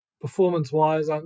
performance-wise